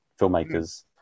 filmmakers